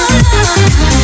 love